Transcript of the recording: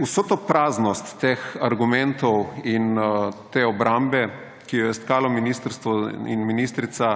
Vsa ta praznost teh argumentov in te obrambe, ki jo je stkalo ministrstvo in ministrica,